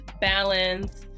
balance